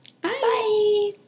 Bye